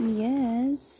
yes